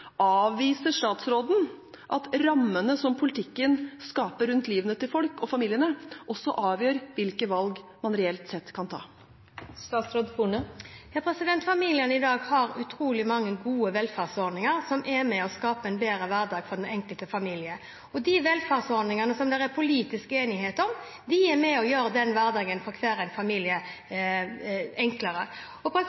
Avviser statsråden at rammene som politikken skaper rundt livene til folk og familiene, også avgjør hvilke valg man reelt sett kan ta? Familiene i dag har utrolig mange gode velferdsordninger som er med og skaper en bedre hverdag for den enkelte familie. De velferdsordningene, som det er politisk enighet om, er med på å gjøre hverdagen for